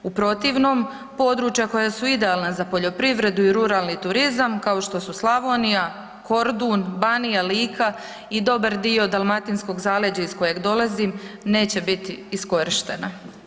U protivnom, područja koja su idealna za poljoprivredu i ruralni turizam, kao što su Slavonija, Kordun, Banija, Lika i dobar dio dalmatinskog zaleđa iz kojeg dolazim, neće biti iskorištena.